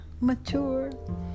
Mature